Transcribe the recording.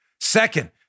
Second